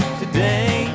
today